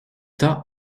temps